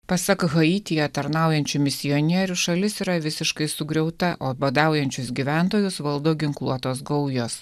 pasak haityje tarnaujančių misionierių šalis yra visiškai sugriauta o badaujančius gyventojus valdo ginkluotos gaujos